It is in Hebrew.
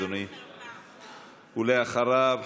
ואחריו,